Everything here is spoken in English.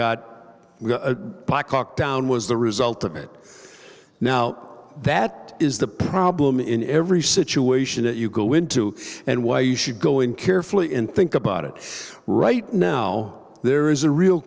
got a blackhawk down was the result of it now that is the problem in every situation that you go into and why you should go in carefully and think about it right now there is a real